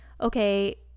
okay